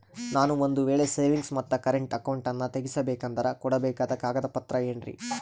ನಾನು ಒಂದು ವೇಳೆ ಸೇವಿಂಗ್ಸ್ ಮತ್ತ ಕರೆಂಟ್ ಅಕೌಂಟನ್ನ ತೆಗಿಸಬೇಕಂದರ ಕೊಡಬೇಕಾದ ಕಾಗದ ಪತ್ರ ಏನ್ರಿ?